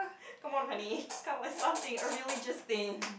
come on honey come up with something a religious thing